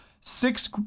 six